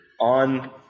On